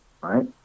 right